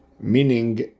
Meaning